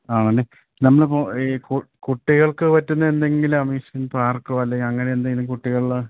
ആണല്ലേ നമ്മളിപ്പോള് ഈ കുട്ടികൾക്ക് പറ്റുന്ന എന്തെങ്കിലും അമ്യൂസ്മെൻ്റ് പാർക്കോ അല്ലെങ്കില് അങ്ങനെ എന്തെങ്കിലും കുട്ടികളുടെ